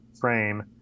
frame